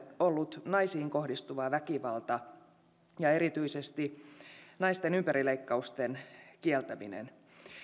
ollut naisiin kohdistuva väkivalta ja erityisesti naisten ympärileikkausten kieltäminen